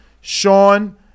Sean